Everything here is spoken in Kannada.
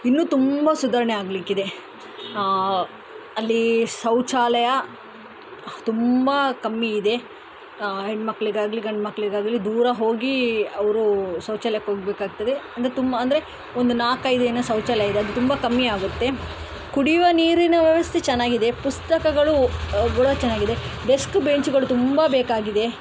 ಇನ್ನೂ ತುಂಬ ಸುಧಾರಣೆ ಆಗಲಿಕ್ಕಿದೆ ಅಲ್ಲಿ ಶೌಚಾಲಯ ತುಂಬ ಕಮ್ಮಿ ಇದೆ ಹೆಣ್ಮಕ್ಕಳಿಗಾಗ್ಲಿ ಗಂಡ್ಮಕ್ಕಳಿಗಾಗ್ಲಿ ದೂರ ಹೋಗಿ ಅವರು ಶೌಚಾಲಯಕ್ಕೆ ಹೋಗಬೇಕಾಗ್ತದೆ ಅಂದರೆ ತುಂಬ ಅಂದರೆ ಒಂದು ನಾಲ್ಕೈದೇನೋ ಶೌಚಾಲಯ ಇರೋದು ತುಂಬ ಕಮ್ಮಿ ಆಗುತ್ತೆ ಕುಡಿಯುವ ನೀರಿನ ವ್ಯವಸ್ಥೆ ಚೆನ್ನಾಗಿದೆ ಪುಸ್ತಕಗಳು ಕೂಡ ಚೆನ್ನಾಗಿದೆ ಡೆಸ್ಕ್ ಬೆಂಚ್ಗಳು ತುಂಬ ಬೇಕಾಗಿದೆ